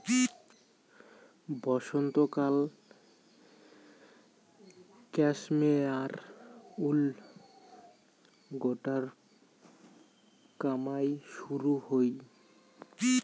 বসন্তকালত cashmere wool গোটার কামাই শুরু হই